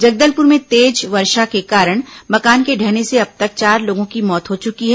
जगदलपुर में तेज बारिश के कारण मकान के ढहने से अब तक चार लोगों की मौत हो चुकी है